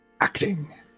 Acting